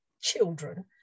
children